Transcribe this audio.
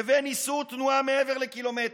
לבין איסור תנועה מעבר לקילומטר,